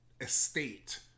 estate